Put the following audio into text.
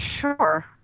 sure